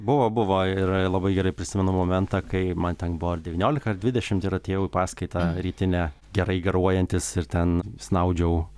buvo buvo ir labai gerai prisimenu momentą kai man ten buvo ar devyniolika ar dvidešimt ir atėjau į paskaitą rytinę gerai garuojantis ir ten snaudžiau